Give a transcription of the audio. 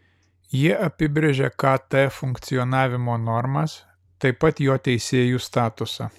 jie apibrėžia kt funkcionavimo normas taip pat jo teisėjų statusą